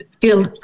feel